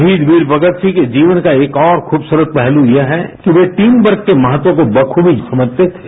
शहीद वीर भगतसिंह के जीवन का एक और खूबसूरत पहलू यह है कि वे टीम वर्क के महत्व को बखूबी समझते थे